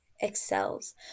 excels